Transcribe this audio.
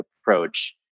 approach